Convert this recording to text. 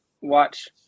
watch